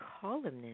columnist